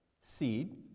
seed